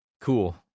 Cool